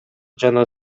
жана